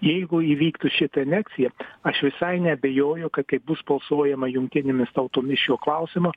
jeigu įvyktų šita aneksija aš visai neabejoju ka kai bus balsuojama jungtinėmis tautomis šiuo klausimu